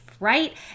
Right